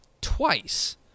twice